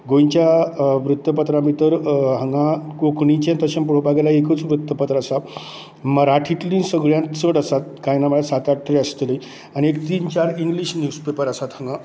गोंयच्या वृत्तपत्रा भितर हांगा कोंकणीचें तशें पळोवपाक गेल्यार एकूच वृत्तपत्र आसा मराठींतलीं सगळ्यांत चड आसा कांय ना म्हळ्यार सात आठ तरी आसतलीं आनी तीन चार इंग्लिश निवज पेपर आसात हांगां